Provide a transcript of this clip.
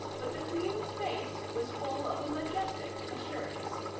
but the queen's face was full of a majestic assurance.